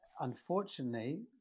unfortunately